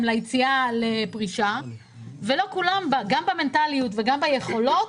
ליציאה לפרישה ולא כולם גם במנטליות וגם ביכולות